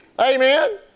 Amen